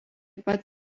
pat